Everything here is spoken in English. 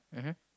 mmhmm